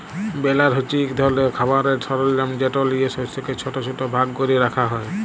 বেলার হছে ইক ধরলের খামারের সরলজাম যেট লিঁয়ে শস্যকে ছট ছট ভাগ ক্যরে রাখা হ্যয়